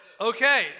okay